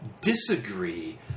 disagree